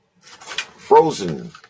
Frozen